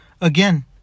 again